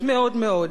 אמוציונלית.